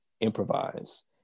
improvise